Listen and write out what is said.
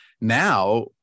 Now